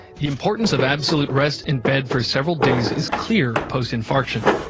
the importance of absolute rest in bed for several days is clear postinfarction,